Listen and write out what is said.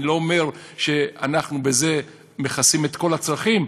אני לא אומר שאנחנו בזה מכסים את כל הצרכים,